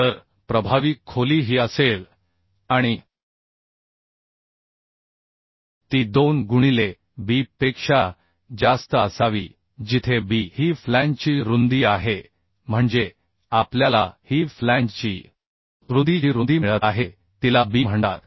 तर प्रभावी खोली ही असेल आणि ती 2 गुणिले B पेक्षा जास्त असावी जिथे B ही फ्लॅंजची रुंदी आहे म्हणजे आपल्याला ही फ्लॅंजची रुंदी जी रुंदी मिळत आहे तिला B म्हणतात